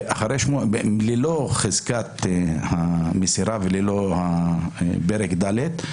ללא חזקת המסירה וללא פרק ד'.